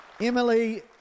Emily